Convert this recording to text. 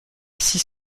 six